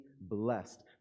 blessed